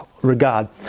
Regard